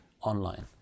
online